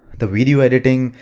the video editing,